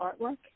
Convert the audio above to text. artwork